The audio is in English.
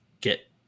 get